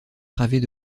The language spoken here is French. travées